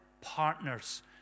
partners